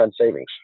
savings